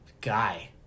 Guy